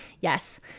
Yes